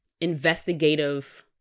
investigative